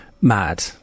Mad